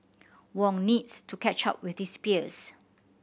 Wong needs to catch up with his peers